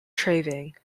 trading